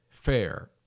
fair